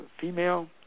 female